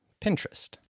Pinterest